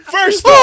First